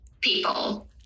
people